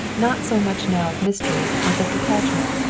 not so much now of mystery as of detachment.